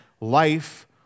life